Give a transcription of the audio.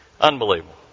Unbelievable